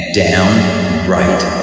downright